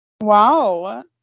Wow